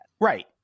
Right